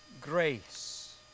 grace